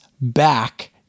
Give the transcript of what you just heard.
back